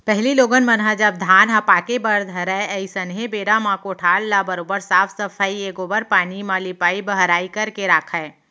पहिली लोगन मन ह जब धान ह पाके बर धरय अइसनहे बेरा म कोठार ल बरोबर साफ सफई ए गोबर पानी म लिपाई बहराई करके राखयँ